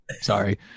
sorry